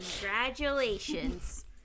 Congratulations